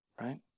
Right